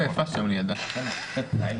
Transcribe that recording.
אוקי.